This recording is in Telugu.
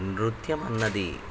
నృత్యం అన్నది